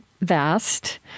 vast